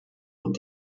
und